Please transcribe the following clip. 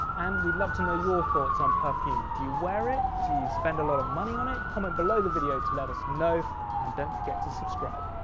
and we'd love to know your thoughts on perfume. do you wear it? do you spend a lot of money on it? comment below the video to let us know and don't forget to subscribe.